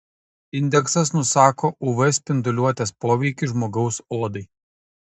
indeksas nusako uv spinduliuotės poveikį žmogaus odai